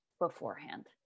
beforehand